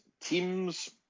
teams